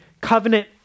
covenant